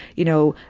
you know,